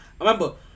Remember